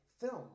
Film